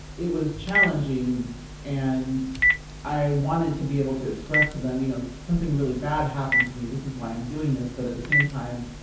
it was challenging and i wanted to be able to express to them, you know, something really bad happened to me, this is why i'm doing this. but at the same time,